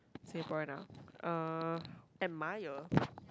Singaporean ah uh admire